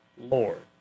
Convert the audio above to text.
Lord